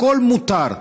הכול מותר.